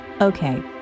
Okay